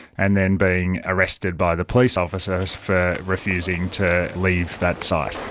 and then being arrested by the police officers for refusing to leave that site.